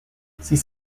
six